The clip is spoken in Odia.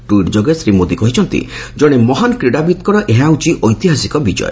ଟ୍ୱିଟ୍ ଯୋଗେ ଶ୍ରୀ ମୋଦି କହିଛନ୍ତି ଜଣେ ମହାନ୍ କ୍ରୀଡ଼ାବିତ୍ଙ୍କର ଏହା ହେଉଛି ଐତିହାସିକ ବିଜୟ